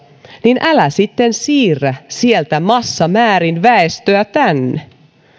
niin älä sitten siirrä sieltä massamäärin väestöä tänne